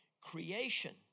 creation